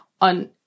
on